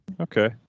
Okay